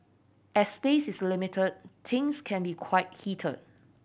as space is limited things can be quite heated